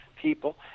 people